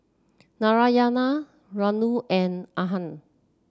Narayana Renu and Anand